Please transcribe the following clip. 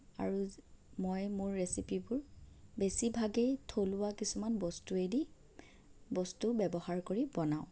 আৰু মই মোৰ ৰেচিপিবোৰ বেছি ভাগেই থলুৱা কিছুমান বস্তুৱেদি বস্তু ব্যৱহাৰ কৰি বনাওঁ